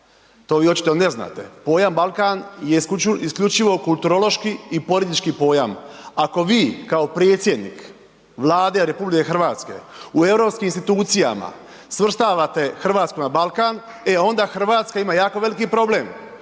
to vi očito ne znate. Pojam Balkan je isključivo kulturološki i politički pojam. Ako vi kao predsjednik Vlade RH u europskim institucijama svrstavate Hrvatsku na Balkan, e onda Hrvatska ima jako veliki problem.